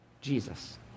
Jesus